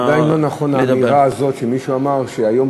עדיין לא נכונה האמירה הזאת שמישהו אמר שהיום